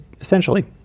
essentially